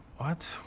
what?